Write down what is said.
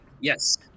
Yes